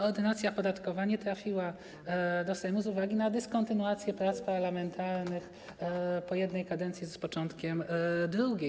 Ordynacja podatkowa nie trafiła do Sejmu z uwagi na dyskontynuację prac parlamentarnych po jednej kadencji z początkiem drugiej.